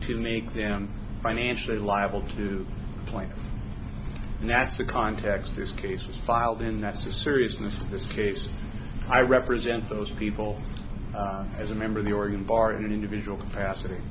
to make them financially liable to do play and that's the context this case was filed in that's the seriousness of this case i represent those people as a member of the organ party an individual capacity